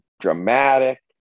dramatic